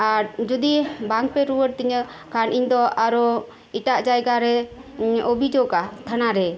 ᱟᱨ ᱡᱩᱫᱤ ᱵᱟᱝ ᱯᱮ ᱨᱩᱭᱟᱹᱲ ᱛᱤᱧᱟᱹ ᱠᱷᱟᱱ ᱤᱧᱫᱚ ᱟᱨᱚ ᱮᱴᱟᱜ ᱡᱟᱭᱜᱟ ᱨᱮ ᱳᱵᱷᱤᱡᱳᱜᱟ ᱛᱷᱟᱱᱟ ᱨᱮ